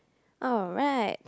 alright